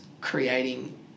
creating